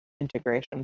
integration